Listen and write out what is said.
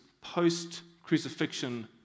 post-crucifixion